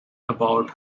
about